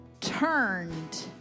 turned